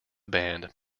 band